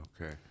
Okay